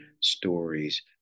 stories